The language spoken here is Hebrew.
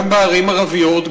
גם בערים ערביות,